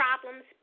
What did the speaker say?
problems